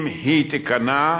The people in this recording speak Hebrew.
אם היא תיכנע,